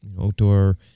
outdoor